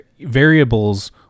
variables